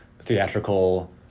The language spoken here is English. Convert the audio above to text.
theatrical